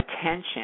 attention